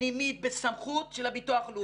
פנימית בסמכות של הביטוח הלאומי.